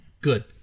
Good